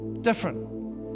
different